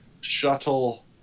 shuttle